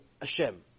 Hashem